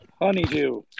Honeydew